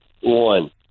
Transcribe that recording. One